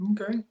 Okay